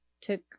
took